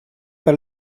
per